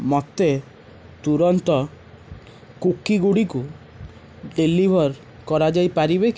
ମୋତେ ତୁରନ୍ତ କୁକି ଗୁଡ଼ିକୁ ଡେଲିଭର୍ କରାଯାଇପାରିବେ କି